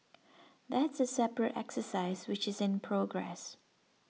that's a separate exercise which is in progress